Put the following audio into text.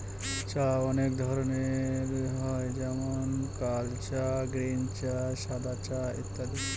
চা অনেক ধরনের হয় যেমন কাল চা, গ্রীন চা, সাদা চা ইত্যাদি